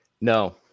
no